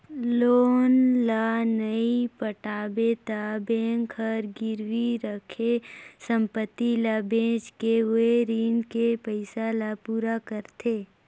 loan ल नइ पटाबे त बेंक हर गिरवी राखे संपति ल बेचके ओ रीन के पइसा ल पूरा करथे